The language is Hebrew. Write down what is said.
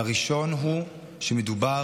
הראשון הוא שמדובר